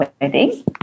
wedding